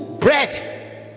bread